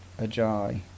Ajay